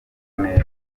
neza